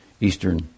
Eastern